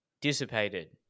dissipated